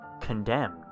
Condemned